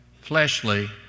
fleshly